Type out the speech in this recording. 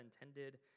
intended